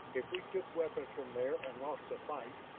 if we took weapons from there and lost the fight.